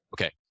Okay